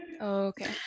okay